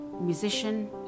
musician